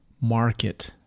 market